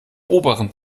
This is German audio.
oberen